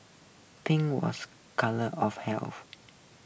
pink was colour of health